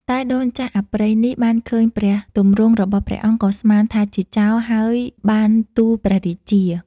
តែដូនចាស់អប្រិយនេះ បានឃើញព្រះទម្រង់របស់ព្រះអង្គ ក៏ស្មានថាជាចោរ ហើយបានទូលព្រះរាជា។